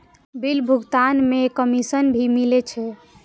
Bill भुगतान में commission भी मिले छै?